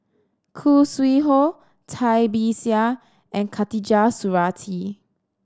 Khoo Sui Hoe Cai Bixia and Khatijah Surattee